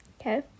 okay